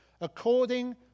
according